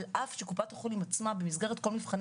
על אף שקופת החולים עצמה במסגרת כל מבחני